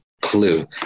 clue